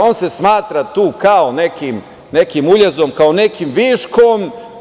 On se smatra tu kao nekim uljezom, kao nekim viškom.